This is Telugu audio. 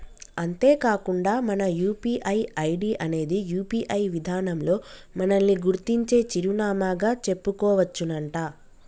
అంతేకాకుండా మన యూ.పీ.ఐ ఐడి అనేది యూ.పీ.ఐ విధానంలో మనల్ని గుర్తించే చిరునామాగా చెప్పుకోవచ్చునంట